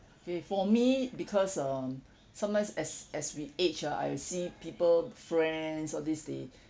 okay for me because um sometimes as as we age ah I see people friends all this they